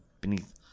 beneath